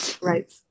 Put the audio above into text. Right